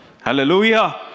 Hallelujah